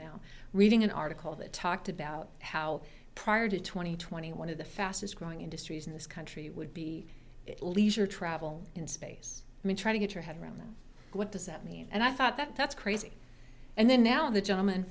now reading an article that talked about how prior to twenty twenty one of the fastest growing industries in this country would be leisure travel in space i mean try to get your head around what does that mean and i thought that that's crazy and then now the gentleman